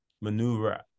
maneuver